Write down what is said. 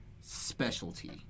specialty